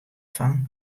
fan